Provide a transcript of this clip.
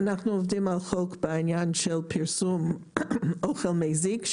אנחנו עובדים על חוק בעניין של פרסום אוכל מזיק,